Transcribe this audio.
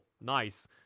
nice